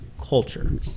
culture